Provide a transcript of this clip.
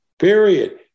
period